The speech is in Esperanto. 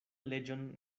leĝon